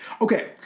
Okay